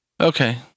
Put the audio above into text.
Okay